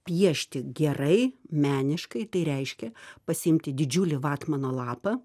piešti gerai meniškai tai reiškia pasiimti didžiulį vatmano lapą